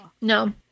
No